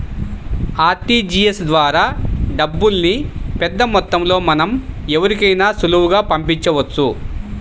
RTGS ద్వారా డబ్బుల్ని పెద్దమొత్తంలో మనం ఎవరికైనా సులువుగా పంపించవచ్చు